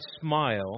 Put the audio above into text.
smile